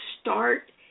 start